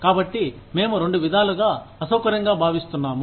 కాబట్టి మేము రెండు విధాలుగా అసౌకర్యంగా భావిస్తున్నాము